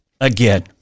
again